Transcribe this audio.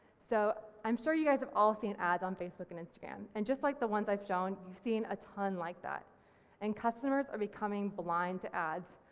so i'm sure you guys have all seen ads on facebook and instagram and just like the ones i've shown, seen a ton like that and customers are becoming blind to ads,